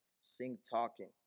sing-talking